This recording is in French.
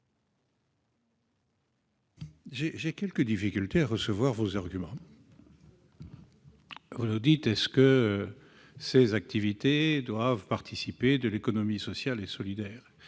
J'ai quelque difficulté à recevoir vos arguments. Vous vous demandez si ces activités doivent participer de l'économie sociale et solidaire.